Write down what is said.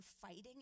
fighting